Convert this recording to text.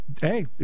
Hey